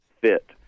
fit